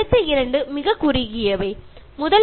മറ്റു രണ്ടെണ്ണം ചെറുതാണ്